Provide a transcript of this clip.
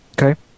Okay